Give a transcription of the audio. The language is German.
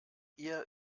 ihr